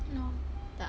no